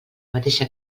mateixa